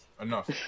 Enough